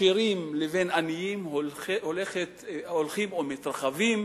עשירים לבין עניים הולכים ומתרחבים,